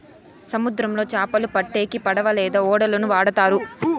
సముద్రంలో చాపలు పట్టేకి పడవ లేదా ఓడలను వాడుతారు